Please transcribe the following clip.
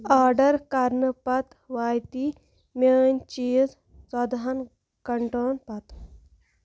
order کرنہٕ پتہٕ واتی میٛٲنۍ چیٖز ژۄدہَن گھنٛٹون پتہٕ